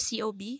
COB